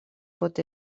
pot